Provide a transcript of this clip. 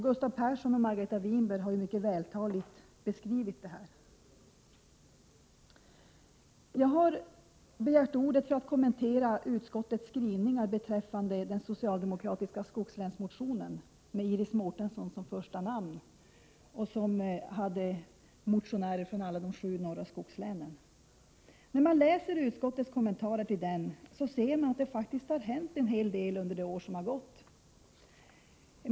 Gustav Persson och Margareta Winberg har mycket vältaligt beskrivit detta. Jag har också begärt ordet för att kommentera utskottets skrivningar beträffande den socialdemokratiska skogslänsmotionen med Iris Mårtensson som första namn och med motionärer från alla de sju Norrlandsskogslänen. När man läser utskottets kommentarer till den ser man att det faktiskt har skett en hel del under året som gått.